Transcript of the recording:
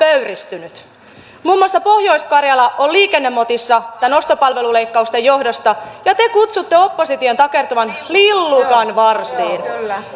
muun muassa pohjois karjala on liikennemotissa ostopalveluleikkausten johdosta ja te sanotte opposition takertuvan lillukanvarsiin